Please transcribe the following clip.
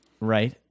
right